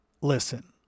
Listen